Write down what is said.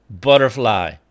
butterfly